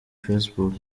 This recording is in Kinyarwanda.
facebook